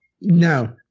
No